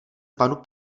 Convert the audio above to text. panu